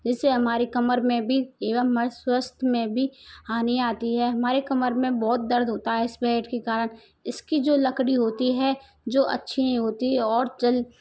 इससे हमारे कमर में भी एवं हमारे स्वास्थ्य में भी हानियाँ आती हैं हमारे कमर में बहुत दर्द होता है इस बेड के कारण इसकी जो लकड़ी होती है जो अच्छी नहीं होती और जल